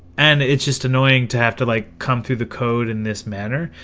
and it's just annoying to have to like come through the code in this manner,